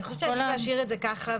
אני חושבת שצריך להשאיר את זה ככה.